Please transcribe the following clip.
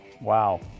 Wow